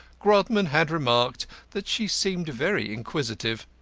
grodman had remarked that she seemed very inquisitive.